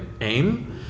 aim